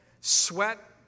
sweat